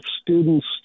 students